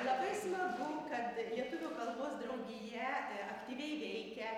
labai smagu kad lietuvių kalbos draugija aktyviai veikia